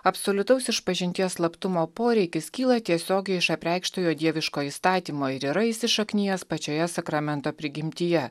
absoliutaus išpažinties slaptumo poreikis kyla tiesiogiai iš apreikštojo dieviško įstatymo ir yra įsišaknijęs pačioje sakramento prigimtyje